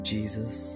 Jesus